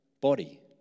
body